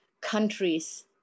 countries